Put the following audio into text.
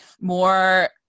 more